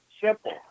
Simple